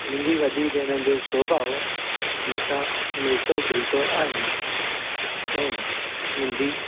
मुंहिंजी वॾी भेण जो स्वभाव मूं सां मिलितो झूलितो आहे ऐं मुंहिंजी